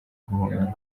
guhumeka